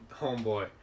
homeboy